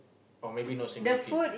or maybe no similarity